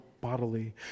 bodily